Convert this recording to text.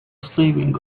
sleeping